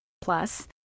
Plus